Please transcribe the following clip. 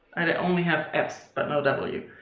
i only have fs but no w.